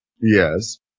Yes